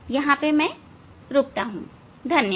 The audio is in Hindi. यहां मैं रुकूंगा